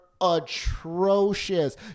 atrocious